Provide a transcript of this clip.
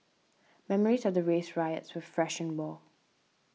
memories of the race riots were fresh and raw